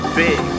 big